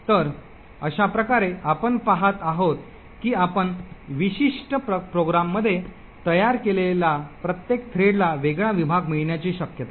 तर अशा प्रकारे आपण पहात आहोत की आपण विशिष्ट प्रोग्राममध्ये तयार केलेला प्रत्येक थ्रेडला वेगळा विभाग मिळण्याची शक्यता आहे